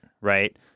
right